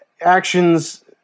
actions